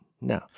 No